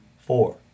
four